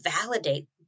validate